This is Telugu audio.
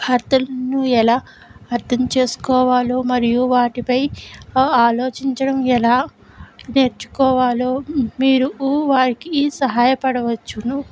వార్తలను ఎలా అర్థం చేసుకోవాలో మరియు వాటిపై ఆ ఆలోచించడం ఎలా నేర్చుకోవాలో మీరూ వారికీ సహాయపడవచ్చును